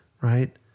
right